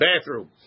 bathroom